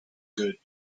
good